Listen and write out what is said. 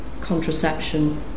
contraception